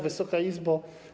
Wysoka Izbo!